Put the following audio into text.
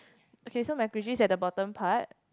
okay so MacRitchie at the bottom part